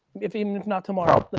if i mean if not, tomorrow.